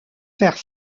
faire